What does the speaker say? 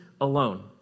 alone